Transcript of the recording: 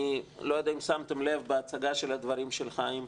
אני לא יודע אם שמתם לב בהצגה של הדברים של חיים,